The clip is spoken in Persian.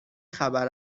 خبر